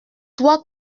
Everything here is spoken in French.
toi